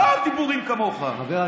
לסיכום, בבקשה.